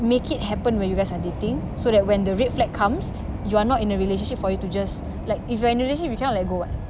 make it happen when you guys are dating so that when the red flag comes you are not in a relationship for you to just like if you are in a relationship you cannot let go [what]